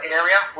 area